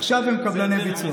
עכשיו הם קבלני ביצוע.